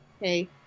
hey